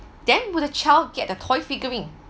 then will a child get the toy figurine